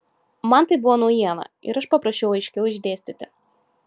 man tai buvo naujiena ir aš paprašiau aiškiau išdėstyti